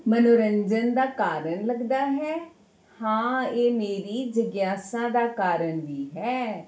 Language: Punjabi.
ਮੰਨੋਰੰਜਨ ਦਾ ਕਾਰਨ ਲੱਗਦਾ ਹੈ ਹਾਂ ਇਹ ਮੇਰੀ ਜਗਿਆਸਾ ਦਾ ਕਾਰਨ ਵੀ ਹੈ